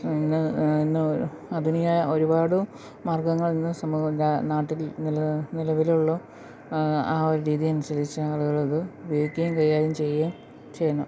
ഇന്ന് ഇന്ന് ഒരു ആധുനികമായ ഒരുപാടു മാർഗ്ഗങ്ങൾ ഇന്ന് സമൂഹ നാട്ടിൽ നിലനി നിലവിലുള്ളൂ ആ ഒരു രീതി അനുസരിച്ച് ആളുകൾക്ക് വിൽക്കുകയും കൈകാര്യം ചെയ്യുകയും ചെയ്യുന്നു